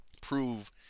prove